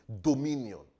Dominion